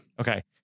Okay